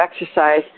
exercise